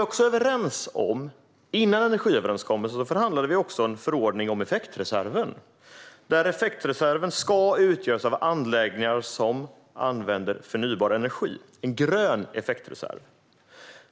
Före energiöverenskommelsen förhandlade vi om en förordning om effektreserven. Effektreserven ska utgöras av anläggningar som använder förnybar energi - en grön effektreserv.